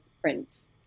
Prince